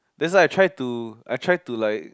that's why I try to I try to like